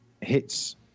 hits